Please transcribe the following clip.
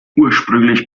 ursprünglich